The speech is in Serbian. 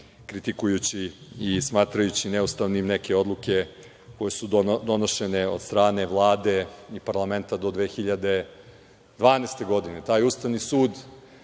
kritikujući i smatrajući neustavnim neke odluke koje su donošene od strane Vlade i parlamenta do 2012. godine. Taj Ustavni sud